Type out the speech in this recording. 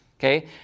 Okay